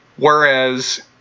Whereas